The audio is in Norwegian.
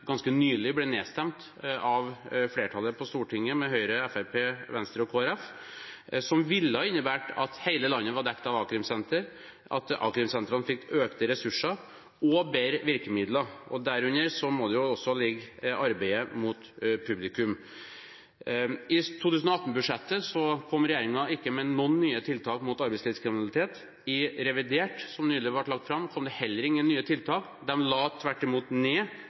ganske nylig ble nedstemt av flertallet på Stortinget, med Høyre, Fremskrittspartiet, Venstre og Kristelig Folkeparti. Dette ville ha innebåret at hele landet var dekket av a-krimsentre, at a-krimsentrene fikk økte ressurser og bedre virkemidler. Derunder må også arbeidet overfor publikum ligge. I 2018-budsjettet kom ikke regjeringen med noen nye tiltak mot arbeidslivskriminalitet. I revidert, som nylig ble lagt fram, kom det heller ingen nye tiltak. De la tvert imot ned